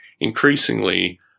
increasingly